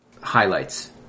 highlights